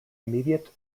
immediate